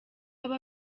aba